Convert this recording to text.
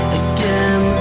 again